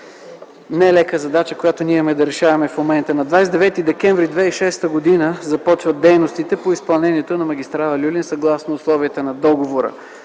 не лека задача, която имаме да решаваме в момента. На 29 декември 2006 г. започват дейностите по изпълнението на магистрала „Люлин” съгласно условията на договора.